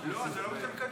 זה לא מה שאתם מקדמים?